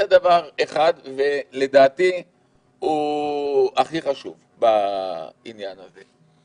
זה דבר אחד, ולדעתי הוא הכי חשוב בעניין הזה.